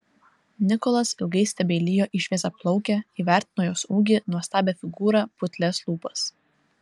nikolas ilgai stebeilijo į šviesiaplaukę įvertino jos ūgį nuostabią figūrą putlias lūpas